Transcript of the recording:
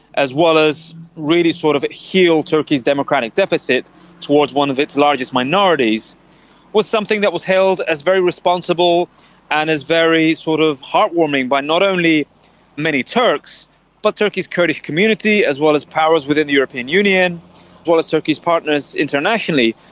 as well as really sort of heal turkey's democratic deficit towards one of its largest minorities was something that was held as very responsible and as very sort of heartwarming by not only many turks but turkey's kurdish community, as well as powers within the european union, as well as turkey's partners internationally,